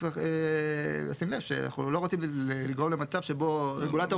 צריך למצוא פה דרך.